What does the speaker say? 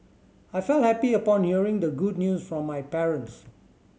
I felt happy upon hearing the good news from my parents